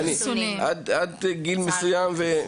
עד שנגמרים החיסונים.